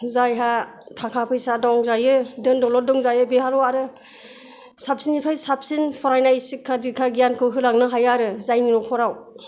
जायहा थाखा फैसा दंजायो धोन दौलद दंजायो बेहाल आरो साबसिननिफ्राय साबसिन फरायनाय सिक्का डिक्का गियानखौ होलांनो हायो आरो जायनि न'खराव